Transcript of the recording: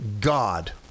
God